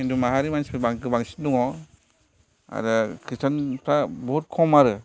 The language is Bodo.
हिन्दु माहारिनि मानसिफोर गोबांसिन दङ आरो खृस्टानफ्रा बुहुथ खम आरो